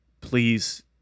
please